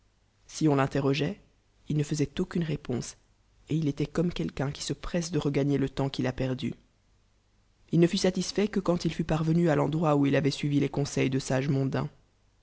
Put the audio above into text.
si on l'interrogeoit il ne faisoit aucune réponse j et il étoit comme quelqu'un qui se presse de r aagner le temps qu'il a perdu il ne fut satisfait que qu nd il fut parvenu ll'endroit où il avait suivi les conseil de sage mondain